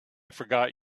forgot